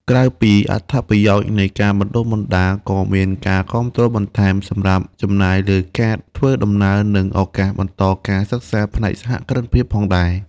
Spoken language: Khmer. ក្រៅពីអត្ថប្រយោជន៍នៃការបណ្តុះបណ្តាល ក៏មានការគាំទ្របន្ថែមសម្រាប់ចំណាយលើការធ្វើដំណើរនិងឱកាសបន្តការសិក្សាផ្នែកសហគ្រិនភាពផងដែរ។